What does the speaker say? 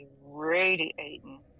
radiating